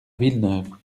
villeneuve